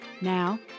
Now